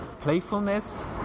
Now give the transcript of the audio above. playfulness